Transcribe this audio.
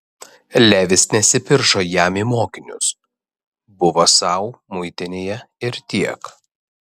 levis nesipiršo jam į mokinius buvo sau muitinėje ir tiek